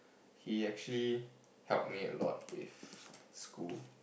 he actually help me a lot with school